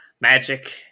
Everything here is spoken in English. magic